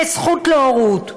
כזכות להורות.